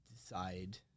decide